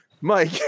Mike